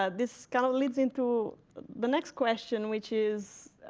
ah this kind of leads into the next question, which is,